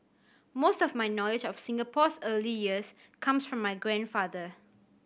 most of my knowledge of Singapore's early years comes from my grandfather